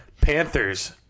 Panthers